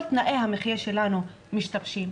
כל תנאי המחייה שלנו משתבשים,